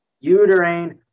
Uterine